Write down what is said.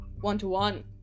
one-to-one